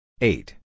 Eight